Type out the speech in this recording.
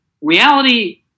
reality